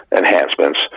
enhancements